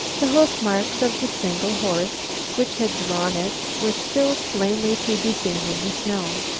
the hoof marks of the single horse which had drawn it were still plainly to be seen in the snow.